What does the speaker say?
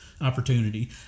opportunity